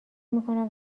میکنم